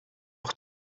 leur